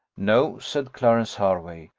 no, said clarence hervey,